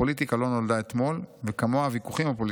הפוליטיקה לא נולדה אתמול וכמוה הוויכוחים הפוליטיים.